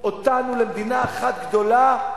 אותנו למדינה אחת גדולה,